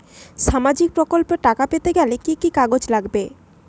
সামাজিক প্রকল্পর টাকা পেতে গেলে কি কি কাগজ লাগবে?